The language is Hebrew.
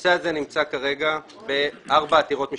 הנושא הזה נמצא כרגע בארבע עתירות משפטיות.